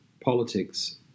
politics